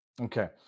okay